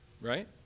right